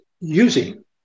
using